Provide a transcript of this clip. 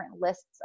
lists